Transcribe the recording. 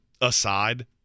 aside